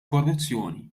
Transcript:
korruzzjoni